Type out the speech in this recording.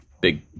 big